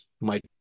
Mike